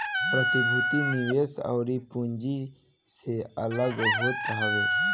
प्रतिभूति निवेश अउरी पूँजी से अलग होत हवे